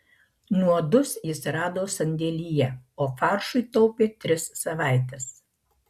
nuodus jis rado sandėlyje o faršui taupė tris savaites